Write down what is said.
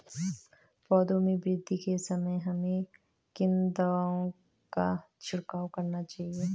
पौधों में वृद्धि के समय हमें किन दावों का छिड़काव करना चाहिए?